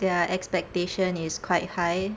their expectation is quite high